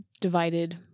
divided